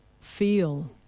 feel